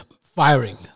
firing